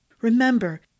Remember